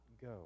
go